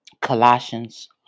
Colossians